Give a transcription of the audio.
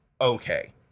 okay